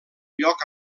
lloc